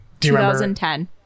2010